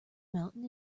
mountain